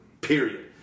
Period